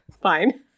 fine